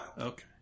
Okay